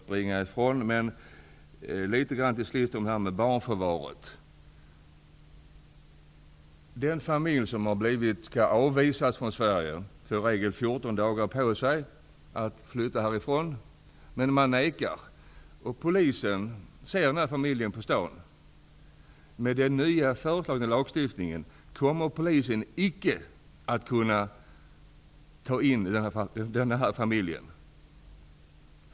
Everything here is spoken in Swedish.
Avslutningsvis vill jag i alla fall ta upp frågan om förvar av barn. En familj som skall avvisas från Sverige får i regel fjorton dagar på sig att flytta härifrån. Familjen kanske vägrar, och polisen får syn på familjen på stan'. Med den nya föreslagna lagstiftnigen kommer polisen inte att kunna ta den här familjen i förvar.